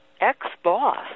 ex-boss